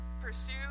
pursue